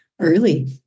early